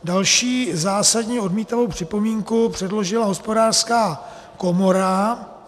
Další zásadně odmítavou připomínku předložila Hospodářská komora.